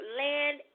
land